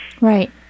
Right